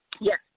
Yes